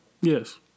Yes